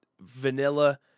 vanilla